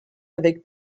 avec